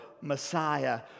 Messiah